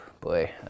boy